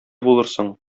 булырсың